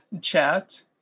chat